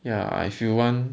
ya if you want